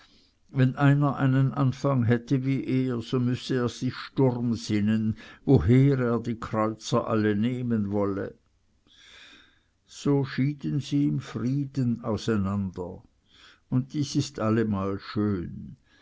wenn einer einen anfang hätte wie er so müsse er sich sturm sinnen woher er die kreuzer alle nehmen wolle so schieden sie im frieden auseinander und dies ist allemal schön